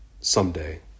someday